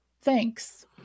Thanks